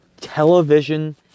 television